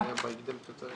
בצורה מסודרת ושיטתית משני